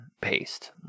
paste